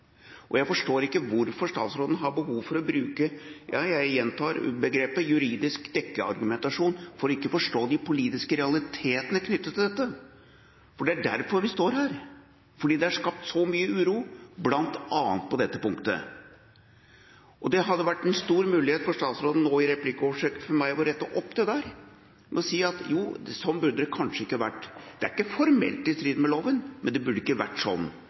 Jeg forstår ikke hvorfor statsråden har behov for – jeg gjentar – å dekke seg bak juridisk argumentasjon i stedet for å forstå de politiske realitetene knyttet til dette. For det er derfor vi står her – fordi det er skapt så mye uro, bl.a. på dette punktet. Det hadde vært en stor mulighet for statsråden nå, i replikkordskiftet med meg, å rette opp i dette ved å si at dette kanskje ikke burde vært sånn. Det er ikke formelt i strid med loven, men det burde ikke vært sånn.